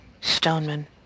Stoneman